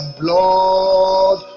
blood